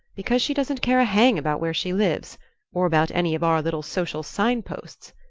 because she doesn't care a hang about where she lives or about any of our little social sign-posts,